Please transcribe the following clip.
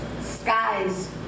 Skies